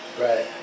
Right